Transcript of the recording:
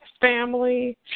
Family